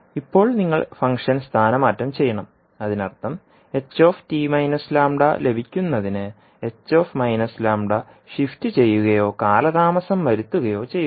ഇപ്പോൾ നിങ്ങൾ ഫംഗ്ഷൻ സ്ഥാനമാറ്റം ചെയ്യണം അതിനർത്ഥം ലഭിക്കുന്നതിന് h λ ഷിഫ്റ്റ് ചെയ്യുകയോ കാലതാമസം വരുത്തുകയോ ചെയ്യുക